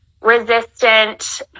resistant